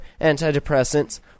antidepressants